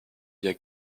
via